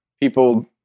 people